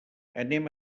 anem